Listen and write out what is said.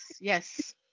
yes